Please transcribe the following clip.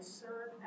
serve